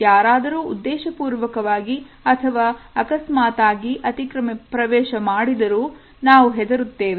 ಯಾರಾದರೂ ಉದ್ದೇಶಪೂರ್ವಕವಾಗಿ ಅಥವಾ ಅಕಸ್ಮಾತಾಗಿ ಅತಿಕ್ರಮ ಪ್ರವೇಶ ಮಾಡಿದರು ನಾವು ಹೆದರುತ್ತೇವೆ